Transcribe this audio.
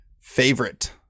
favorite